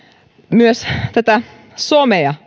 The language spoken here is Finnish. myös tätä somea